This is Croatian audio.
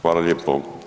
Hvala lijepo.